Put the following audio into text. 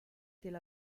tel